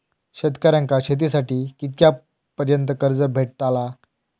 शेतकऱ्यांका शेतीसाठी कितक्या पर्यंत कर्ज भेटताला?